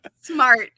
smart